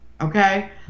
Okay